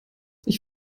ich